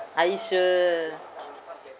are you sure